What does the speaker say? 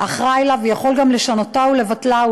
אחראי לה ויכול גם לשנותה ולבטלה,